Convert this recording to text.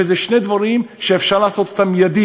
ואלו שני דברים שאפשר לעשות אותם מייד,